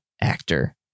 actor